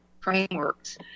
frameworks